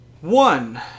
One